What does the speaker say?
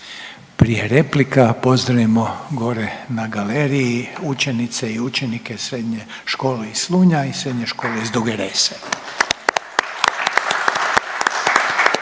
Prije replika pozdravimo gore na galeriji učenicei učenike Srednje škole iz Slunja i Srednje škole iz Duge Rese.